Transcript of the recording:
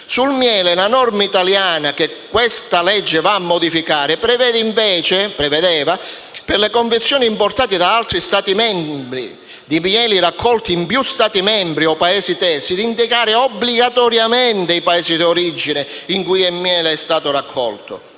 Sul miele, la norma italiana che questa legge va a modificare prevede, per le confezioni importate da altri Stati membri di mieli raccolti in più Stati membri o Paesi terzi, di indicare obbligatoriamente i Paesi d'origine in cui il miele è stato raccolto.